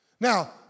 Now